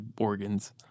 organs